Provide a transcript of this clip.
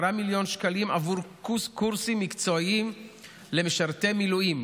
מיליון ש"ח עבור קורסים מקצועיים למשרתי מילואים,